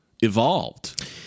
Evolved